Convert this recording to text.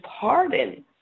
pardon